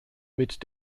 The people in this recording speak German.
mit